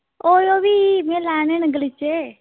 आयो फ्ही मैं लैने न गलीचे